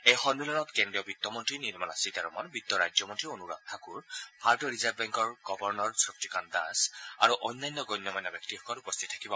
এই সন্মিলনত কেন্দ্ৰীয় বিত্তমন্তী নিৰ্মলা সীতাৰমন বিত্ত মন্ত্যালয়ৰ ৰাজ্যমন্তী অনুৰাগ ঠাকুৰ ভাৰতীয় ৰিজাৰ্ভ বেংকৰ গৱৰ্ণৰ শক্তিকান্ত দাস আৰু অন্যান্য গণ্যমান্য ব্যক্তিসকল উপস্থিত থাকিব